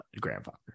grandfather